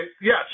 yes